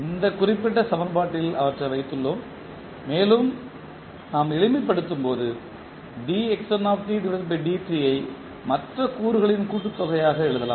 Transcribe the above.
இந்த குறிப்பிட்ட சமன்பாட்டில் அவற்றை வைத்துள்ளோம் மேலும் நாம் எளிமைப்படுத்தும்போது ஐ மற்ற கூறுகளின் கூட்டுத் தொகையாக எழுதலாம்